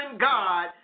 God